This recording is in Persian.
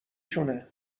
شونه